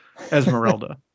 Esmeralda